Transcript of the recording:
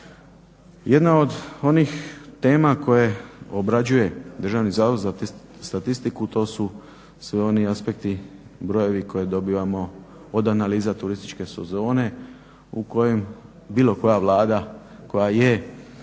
Jedna od onih tema koje obrađuje DZS to su svi oni aspekti i brojevi koje dobivamo od analiza turističke sezone u kojem bilo koja Vlada koja je,